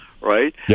right